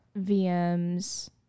vms